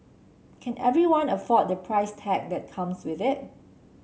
can everyone afford the price tag that comes with it